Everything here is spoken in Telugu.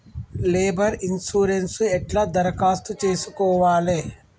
లేబర్ ఇన్సూరెన్సు ఎట్ల దరఖాస్తు చేసుకోవాలే?